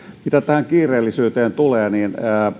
mitä tähän kiireellisyyteen tulee niin